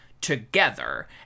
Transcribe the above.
together